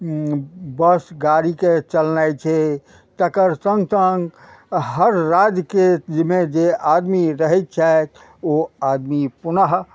बस गाड़ीके चलनाइ छै तकर सङ्ग सङ्ग हर राज्यके मे जे आदमी रहैत छथि ओ आदमी पुनः